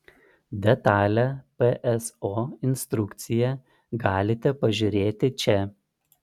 detalią pso instrukciją galite pažiūrėti čia